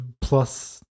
plus